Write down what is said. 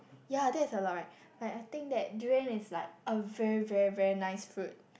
yea there is a lot right like I think that durian is like a very very very nice fruit